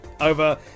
over